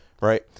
Right